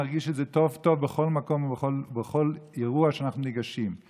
מרגיש את זה היטב בכל מקום ובכל אירוע שאנחנו נמצאים.